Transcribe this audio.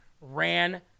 ran